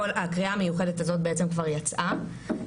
הקריאה המיוחדת הזאת בעצם כבר יצאה.